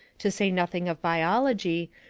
to say nothing of biology,